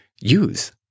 use